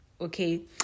okay